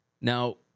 Now